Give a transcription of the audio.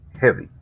heavy